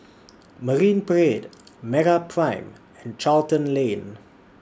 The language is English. Marine Parade Meraprime and Charlton Lane